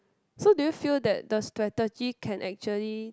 so do you feel that the strategy can actually